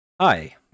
Hi